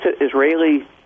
israeli